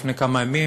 לפני כמה ימים,